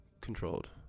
controlled